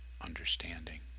understanding